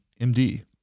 MD